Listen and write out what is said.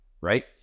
right